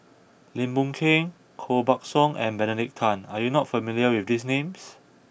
Lim Boon Keng Koh Buck Song and Benedict Tan are you not familiar with these names